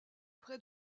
près